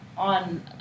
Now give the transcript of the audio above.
On